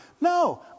No